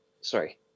sorry